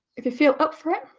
if you feel up for it,